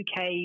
UK